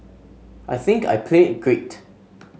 I think I played great